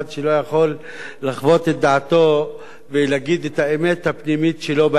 לחוות את דעתו ולהגיד את האמת הפנימית שלו בעניין הזה.